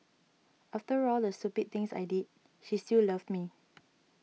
after all the stupid things I did she still loved me